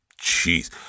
jeez